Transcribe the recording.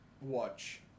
watch